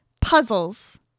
Puzzles